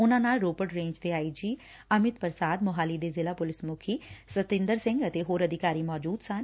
ਉਨਾਂ ਨਾਲ ਰੋਪੜ ਰੇਂਜ ਦੇ ਆਈ ਜੀ ਅਮਿਤ ਪ੍ਰਸਾਦ ਮੋਹਾਲੀ ਦੇ ਜ਼ਿਲ੍ਹਾ ਪੁਲਿਸ ਮੁਖੀ ਸਤਿੰਦਰ ਸਿੰਘ ਅਤੇ ਹੋਰ ਅਧਿਕਾਰੀ ਮੌਜੁਦ ਸਨ